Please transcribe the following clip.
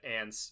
and-